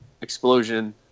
explosion